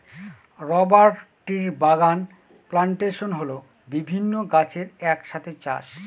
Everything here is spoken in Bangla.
রবার ট্রির বাগান প্লানটেশন হল বিভিন্ন গাছের এক সাথে চাষ